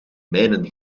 mijnen